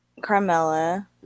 Carmella